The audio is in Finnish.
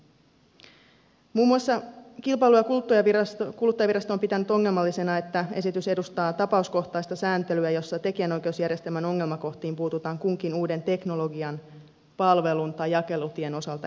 muun muassa kilpailu ja kuluttajavirasto on pitänyt ongelmallisena että esitys edustaa tapauskohtaista sääntelyä jossa tekijänoikeusjärjestelmän ongelmakohtiin puututaan kunkin uuden teknologian palvelun tai jakelutien osalta erikseen